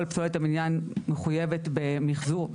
כל פסולת הבניין מחויבת במחזור,